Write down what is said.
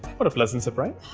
what a pleasant surprise.